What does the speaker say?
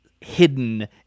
hidden